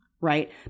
right